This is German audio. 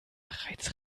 bereits